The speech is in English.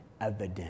evident